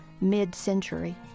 Mid-Century